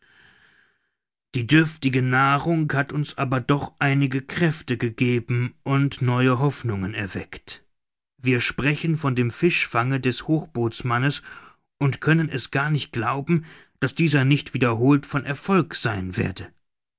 die dürftige nahrung hat uns aber doch einige kräfte gegeben und neue hoffnungen erweckt wir sprechen von dem fischfange des hochbootsmannes und können es gar nicht glauben daß dieser nicht wiederholt von erfolg sein werde